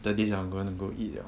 after this I'm going to eat 了